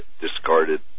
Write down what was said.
discarded